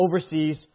overseas